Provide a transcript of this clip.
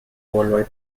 worldwide